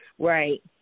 Right